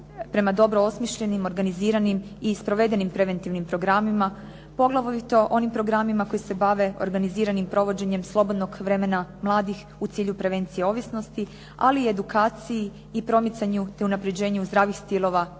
prema dobro osmišljenim, organiziranim i provedenim preventivnim programima poglavito onim programima koji se bave organiziranim provođenjem slobodnog vremena mladih u cilju prevencije ovisnosti, ali i edukaciji i promicanju te unaprijeđenu zdravih stilova života